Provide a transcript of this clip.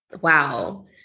wow